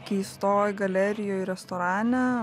keistoj galerijoj restorane